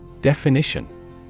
Definition